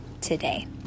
today